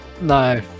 No